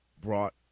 brought